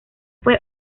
fue